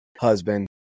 husband